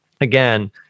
again